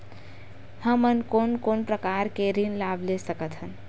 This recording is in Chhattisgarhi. हमन कोन कोन प्रकार के ऋण लाभ ले सकत हन?